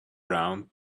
brown